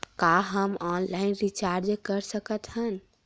का हम online recharge कर सकत हन?